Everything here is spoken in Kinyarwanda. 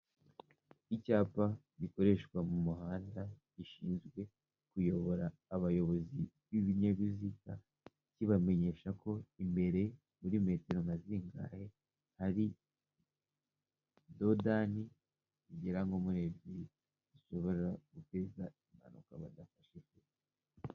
Icyapa gikoreshwa mu muhanda gishinzwe kuyobora abayobozi b'ibinyabiziga kibamenyesha ko imbere muri metero nka zingahe hari dodanani zigera nko muri ebyiri zishobora guteza impanuka bagapfa.